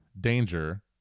danger